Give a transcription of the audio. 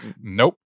Nope